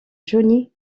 johnny